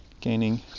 gaining